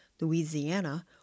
Louisiana